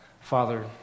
Father